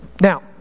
Now